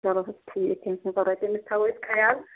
چَلوٗ حظ ٹھیٖک کیٚنٛہہ چھُنہٕ پرٕواے تٔمِس تھاوَو أسۍ خَیال